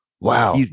Wow